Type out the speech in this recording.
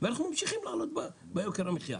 ואנחנו ממשיכים לעלות ביוקר המחיה.